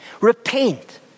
Repent